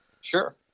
sure